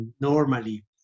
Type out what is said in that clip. normally